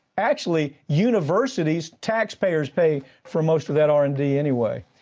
actually, universities, taxpayers pay for most of that r and d anyway.